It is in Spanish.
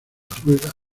rueda